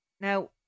Now